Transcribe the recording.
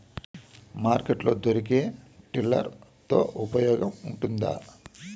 Market లో దొరికే tiller తో ఉపయోగం ఉంటుందా?